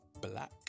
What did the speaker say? black